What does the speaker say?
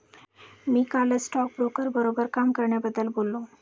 मी कालच स्टॉकब्रोकर बरोबर काम करण्याबद्दल बोललो